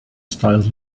styles